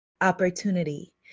opportunity